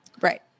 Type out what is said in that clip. right